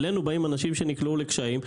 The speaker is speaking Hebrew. אלינו באים אנשים שנקלעו לקשיים.